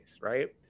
right